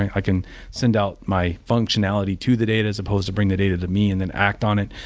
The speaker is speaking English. i can send out my functionality to the data as opposed to bring the data to me and then act on it.